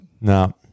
No